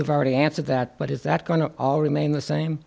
you've already answered that but is that going to all remain the same